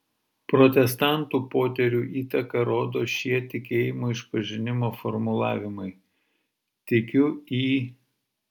protestantų poterių įtaką rodo šie tikėjimo išpažinimo formulavimai tikiu į